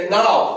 now